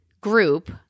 group